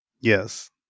Yes